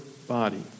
body